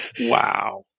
Wow